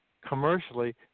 commercially